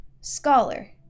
scholar